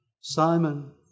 Simon